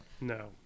no